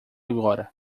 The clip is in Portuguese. agora